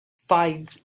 five